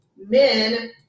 men